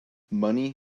money